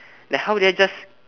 like how did I just